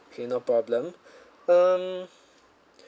okay no problem um